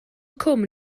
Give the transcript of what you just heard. cwm